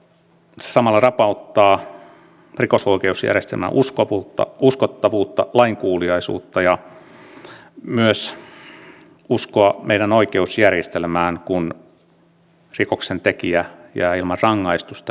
samalla se rapauttaa rikosoikeusjärjestelmän uskottavuutta lainkuuliaisuutta ja myös uskoa meidän oikeusjärjestelmäämme kun rikoksentekijä jää ilman rangaistusta